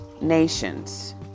nations